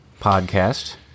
podcast